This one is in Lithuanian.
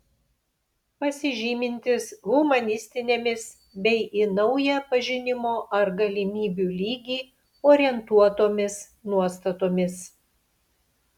pasižymintis humanistinėmis bei į naują pažinimo ar galimybių lygį orientuotomis nuostatomis